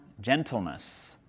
gentleness